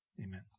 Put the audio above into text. Amen